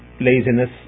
Laziness